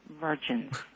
virgins